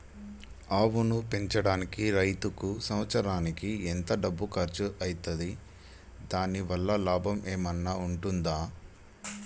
ఆవును పెంచడానికి రైతుకు సంవత్సరానికి ఎంత డబ్బు ఖర్చు అయితది? దాని వల్ల లాభం ఏమన్నా ఉంటుందా?